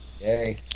Yay